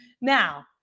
Now